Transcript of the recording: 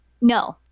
No